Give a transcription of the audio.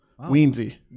weensy